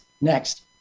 next